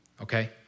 okay